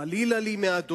חלילה לי מה',